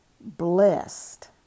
Blessed